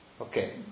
Okay